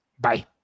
Bye